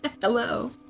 Hello